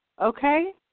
Okay